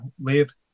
live